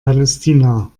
palästina